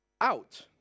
out